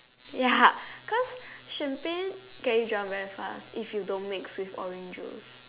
ya cause champagne get you drunk very fast if you don't mix with orange juice